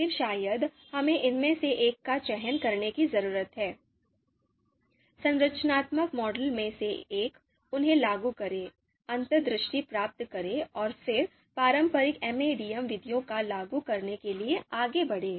फिर शायद हमें इनमें से एक का चयन करने की जरूरत है संरचनात्मक मॉडल में से एक उन्हें लागू करें अंतर्दृष्टि प्राप्त करें और फिर पारंपरिक एमएडीएम विधियों को लागू करने के लिए आगे बढ़ें